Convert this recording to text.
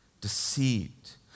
deceit